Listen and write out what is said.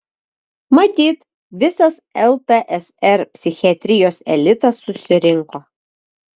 matyt visas ltsr psichiatrijos elitas susirinko